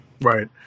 Right